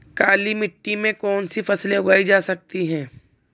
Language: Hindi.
काली मिट्टी में कौनसी फसलें उगाई जा सकती हैं?